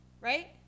right